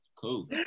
Cool